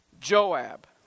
Joab